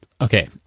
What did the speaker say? okay